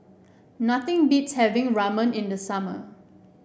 nothing beats having Ramen in the summer